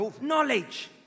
Knowledge